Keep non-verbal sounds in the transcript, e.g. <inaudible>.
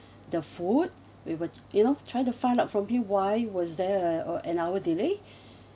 the food we would you know trying to find out probably why was there uh an hour delay <breath>